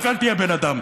רק אל תהיה בן אדם.